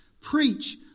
Preach